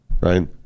right